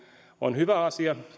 on hyvä asia